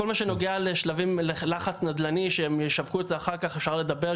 כל מה שנוגע ללחץ נדל"ני שהם ישווקו את זה אחר כך אפשר לדבר,